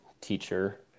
teacher